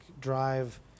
drive